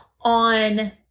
on